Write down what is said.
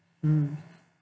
mm